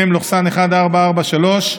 מ/1443,